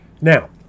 Now